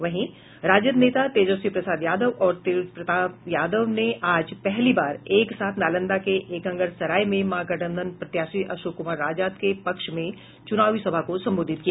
वहीं राजद नेता तेजस्वी प्रसाद यादव और तेज प्रताप यादव ने आज पहली बार एक साथ नालंदा के एकंगरसराय में महागठबंधन प्रत्याशी अशोक क्मार आजाद के पक्ष में चुनावी सभा को संबोधित किया